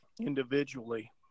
individually